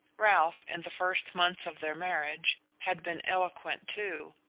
ralph, in the first months of their marriage, had been eloquent too,